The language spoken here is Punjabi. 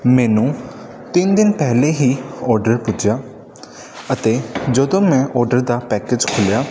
ਮੈਨੂੰ ਤਿੰਨ ਦਿਨ ਪਹਿਲਾਂ ਹੀ ਔਡਰ ਪੁੱਜਾ ਅਤੇ ਜਦੋਂ ਮੈਂ ਔਡਰ ਦਾ ਪੈਕਜ ਖੋਲ੍ਹਿਆ